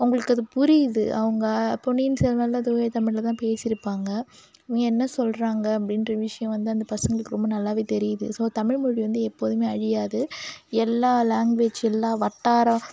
அவங்களுக்கு அது புரியுது அவங்க பொன்னியின் செல்வனில் தூய தமிழில்தான் பேசியிருப்பாங்க என்ன சொல்கிறாங்க அப்படின்ற விஷயம் வந்து அந்த பசங்களுக்கு ரொம்ப நல்லாவே தெரியுது ஸோ தமிழ்மொழி வந்து எப்போதுமே அழியாது எல்லா லேங்குவேஜ் எல்லா வட்டாரம்